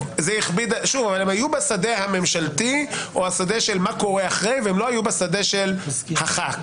הם היו בשדה של מה קורה אחרי ולא בשדה הח"כ.